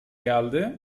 geldi